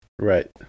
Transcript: Right